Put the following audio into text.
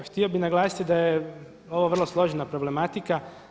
Htio bih naglasiti da je ovo vrlo složena problematika.